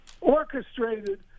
orchestrated